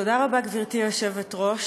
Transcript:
תודה רבה, גברתי היושבת-ראש,